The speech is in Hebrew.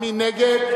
מי נגד?